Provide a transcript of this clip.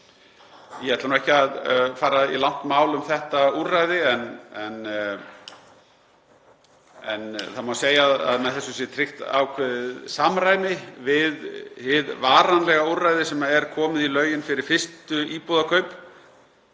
Ég ætla nú ekki að fara í langt mál um þetta úrræði en það má segja að með þessu sé tryggt ákveðið samræmi við hið varanlega úrræði sem er komið í lögin fyrir fyrstu íbúðarkaup.